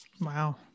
Wow